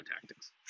tactics